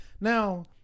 Now